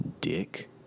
Dick